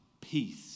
peace